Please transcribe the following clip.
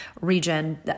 region